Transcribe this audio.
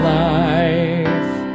life